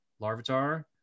larvitar